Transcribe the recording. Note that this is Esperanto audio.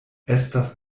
estas